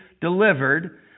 delivered